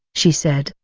she said,